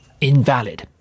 invalid